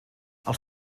els